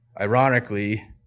ironically